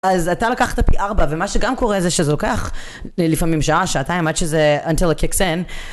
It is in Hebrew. אז אתה לקחת פי 4, ומה שגם קורה זה שזה לוקח לפעמים שעה, שעתיים עד שזה... Until it kicks in.